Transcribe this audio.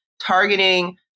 targeting